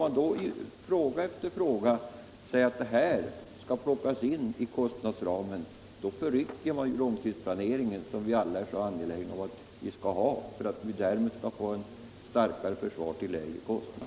Genom att i fråga efter fråga plocka in nya poster inom kostnadsramen förrycker man den långtidsplanering som vi alla är så angelägna om att ha för att få ett starkare försvar till lägre kostnad.